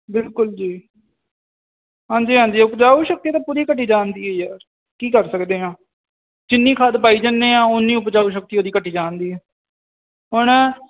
ਬਿਲਕੁਲ ਜੀ ਹਾਂਜੀ ਹਾਂਜੀ ਉਪਜਾਊ ਸ਼ਕਤੀ ਤਾਂ ਪੂਰੀ ਘਟੀ ਜਾਣ ਦੀ ਆ ਯਾਰ ਕੀ ਕਰ ਸਕਦੇ ਹਾਂ ਕਿੰਨੀ ਖਾਦ ਪਾਈ ਜਾਂਦੇ ਹਾਂ ਓਨੀ ਉਪਜਾਊ ਸ਼ਕਤੀ ਉਹਦੀ ਘਟੀ ਜਾਣਦੀ ਹੈ ਹੁਣ